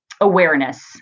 awareness